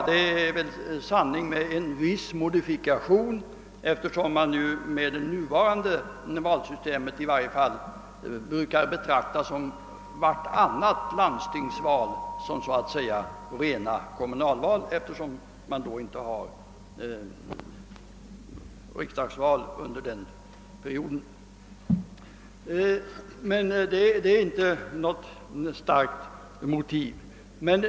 Det är en sanning med viss modifikation, eftersom man i det nuvarande valsystemet brukar betrakta i varje fall vartannat landstingsval som ett rent kommunalval med hänsyn till att det dessa år inte förekommer riksdagsval. Men det är inte något starkt motiv.